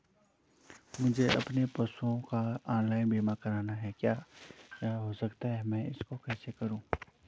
मुझे अपने पशुओं का ऑनलाइन बीमा करना है क्या यह हो सकता है मैं इसको कैसे करूँ?